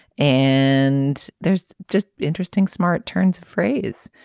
and there's just interesting smart turns of phrase.